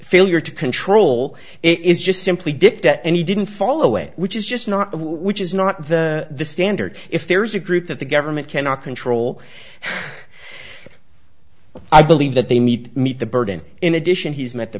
failure to control it is just simply dicta and he didn't follow it which is just not which is not the standard if there's a group that the government cannot control i believe that they need to meet the burden in addition he's met the